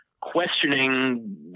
questioning